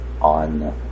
on